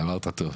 אמרת טוב.